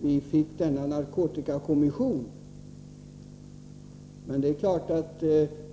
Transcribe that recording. vi fick denna narkotikakommission.